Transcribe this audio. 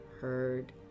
heard